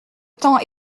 temps